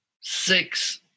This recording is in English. six